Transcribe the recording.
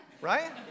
Right